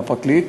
והפרקליט,